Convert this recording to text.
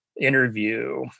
interview